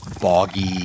boggy